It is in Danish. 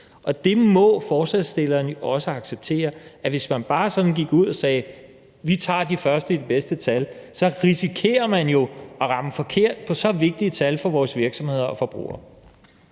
det må forslagsstilleren jo også acceptere, altså at hvis man bare sådan går ud og siger, at man tager de første de bedste tal, så risikerer man jo at ramme forkert i forhold til så vigtige tal for vores virksomheder og forbrugere.